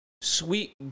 sweet